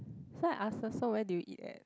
so I ask her where did you eat at